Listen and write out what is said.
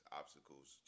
obstacles